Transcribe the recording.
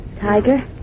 Tiger